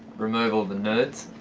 remove all the nudes?